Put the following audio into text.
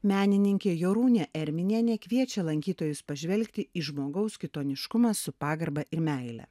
menininkė jorūnė erminienė kviečia lankytojus pažvelgti į žmogaus kitoniškumą su pagarba ir meile